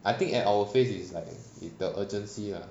I think at our phase is like it the urgency lah